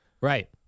Right